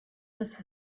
this